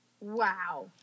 Wow